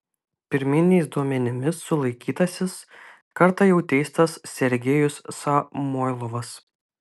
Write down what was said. pirminiais duomenimis sulaikytasis kartą jau teistas sergejus samoilovas